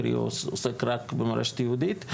עוסק רק במורשת היהודית.